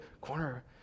corner